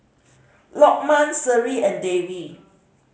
Lokman Seri and Dewi